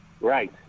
Right